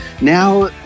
now